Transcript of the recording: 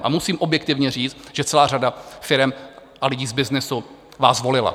A musím objektivně říct, že celá řada firem a lidí z byznysu vás volila.